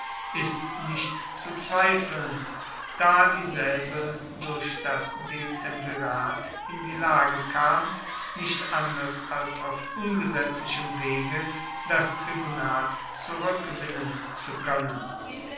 ist nicht zu zweifeln da dieselbe durch das dezemvirat in die lage kam nicht anders als auf ungesetzlichem wege das tribunat zurueckgewinnen zu koennen